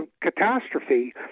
catastrophe